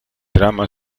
drama